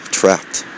trapped